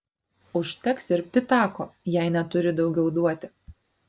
užteks ir pitako jei neturi daugiau duoti